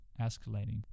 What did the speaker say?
escalating